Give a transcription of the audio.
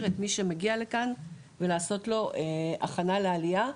את מי שמגיע לכאן ולעשות לו הכנה לעלייה,